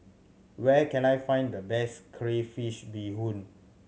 where can I find the best crayfish beehoon